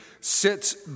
sits